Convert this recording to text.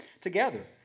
together